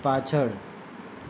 પાછળ